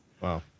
Wow